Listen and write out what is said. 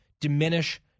diminish